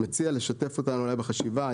מציע לשתף אותנו אולי בחשיבה.